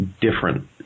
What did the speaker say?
different